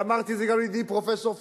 אמרתי את זה גם לפרופסור פישר.